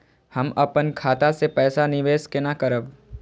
हम अपन खाता से पैसा निवेश केना करब?